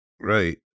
Right